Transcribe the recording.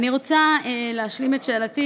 אני רוצה להשלים את שאלתי.